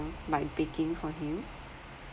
by baking for him